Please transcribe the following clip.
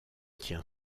tient